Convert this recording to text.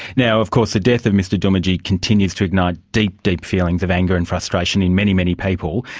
now of course the death of mr doomadgee continues to ignite deep, deep feelings of anger and frustration in many, many people,